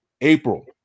april